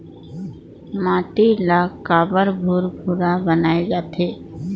माटी ला काबर भुरभुरा बनाय जाथे?